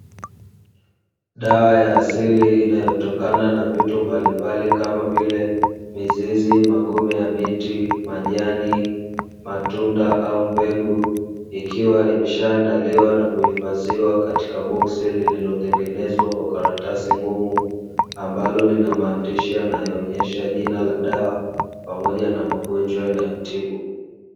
Dawa ya asili inayotokana na vitu mbalimbali, kama vile: mizizi, magome ya miti, majani, matunda au mbegu, ikiwa imeshaandaliwa na kuhifadhiwa katika boksi lililotengenezwa kwa karatasi ngumu, ambalo lina maandishi yanayoonyesha jina la dawa pamoja na magonjwa yanayotibu.